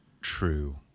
true